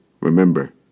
Remember